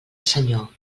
senyor